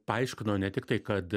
paaiškino ne tiktai kad